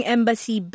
Embassy